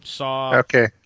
Okay